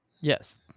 yes